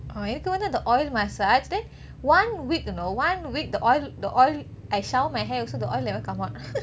எனக்கு வந்து அந்த:enakku vanthu antha oil massage then one week know one week the oil the oil I shower my hair also the oil never come out